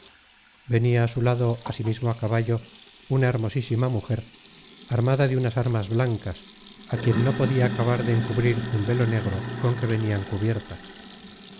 venia a su lado asimismo á caballo una hermosísima mujer armada de unas armas blancas á quien no podia acabar de encubrir un velo negro con que venian cubiertas